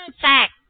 Fact